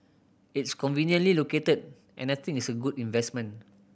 it's conveniently located and I think it's a good investment